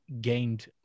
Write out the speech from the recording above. gained